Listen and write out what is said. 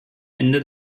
ende